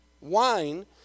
Wine